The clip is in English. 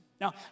now